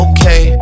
Okay